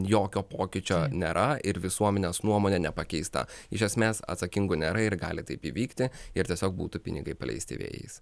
jokio pokyčio nėra ir visuomenės nuomonė nepakeista iš esmes atsakingų nėra ir gali taip įvykti ir tiesiog būtų pinigai paleisti vėjais